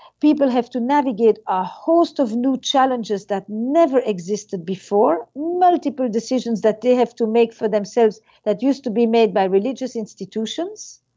people have to navigate a host of new challenges that never existed before. multiple decisions that they have to make for themselves that used to be made by religious institutions.